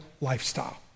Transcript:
lifestyle